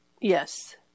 Yes